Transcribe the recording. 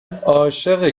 عاشق